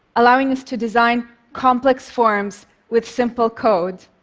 allowing us to design complex forms with simple code